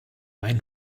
maen